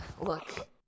look